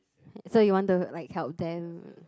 so you want to like help them